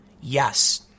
Yes